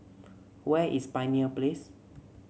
where is Pioneer Place